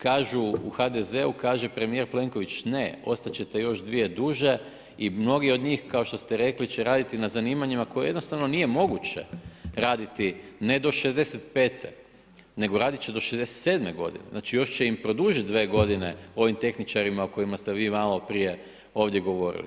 Kažu, u HDZ-u kaže premijer Plenković ne, ostat ćete još dvije duže i mnogi od njih kao što ste rekli će raditi na zanimanjima koje jednostavno nije moguće raditi, ne do 65. nego radit će do 67. godine, znači još će im produžit 2 godine ovim tehničarima o kojima ste vi maloprije ovdje govorili.